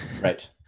Right